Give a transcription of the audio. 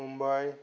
Mumbai